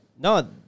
No